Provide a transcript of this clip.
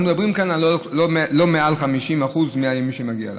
ואנחנו מדברים כאן על לא יותר מ-50% מהימים שמגיעים לה.